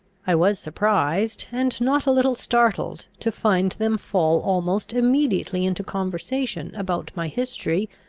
i was surprised, and not a little startled, to find them fall almost immediately into conversation about my history,